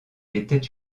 était